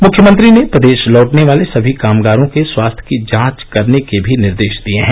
मुख्यमंत्री ने प्रदेश लौटने वाले सभी कामगारों के स्वास्थ्य की जांच करने के भी निर्देश दिए हैं